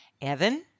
Evan